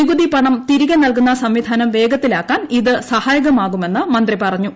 നികുതി പണം തിരികെ നൽകുന്ന സംവിധാനം വേഗത്തിലാക്കാൻ ഇത് സഹായകമാകുമെന്ന് മന്ത്രി പറഞ്ഞു